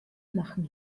machen